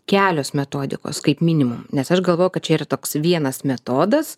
kelios metodikos kaip minimum nes aš galvojau kad čia yra toks vienas metodas